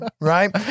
right